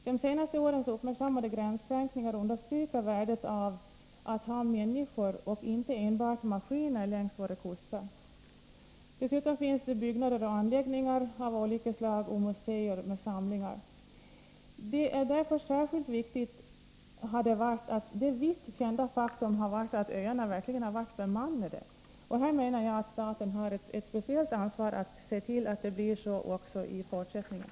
De senaste årens uppmärksammade gränskränkningar understryker värdet av att ha människor och inte enbart maskiner längs våra kuster. Dessutom finns där byggnader och anläggningar av olika slag samt museer med värdefulla samlingar. Särskilt viktigt har därför varit det vitt kända faktum att öarna verkligen varit bemannade. Här har staten ett speciellt ansvar att se till att det blir så även i fortsättningen.